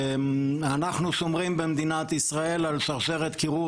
אנחנו שומרים במדינת ישראל על שרשרת קירור